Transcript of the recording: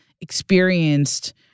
experienced